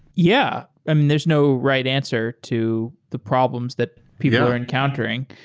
yeah. i mean, there's no right answer to the problems that people were encountering.